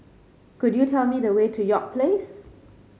could you tell me the way to York Place